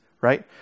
right